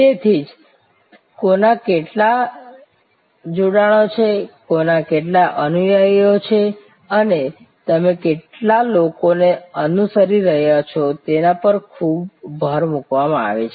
તેથી જ કોના કેટલા જોડાણો છે કોના કેટલા અનુયાયીઓ છે અને તમે કેટલા લોકોને અનુસરી રહ્યા છો તેના પર ખૂબ ભાર મૂકવામાં આવે છે